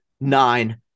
nine